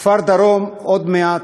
כפר-דרום, עוד מעט,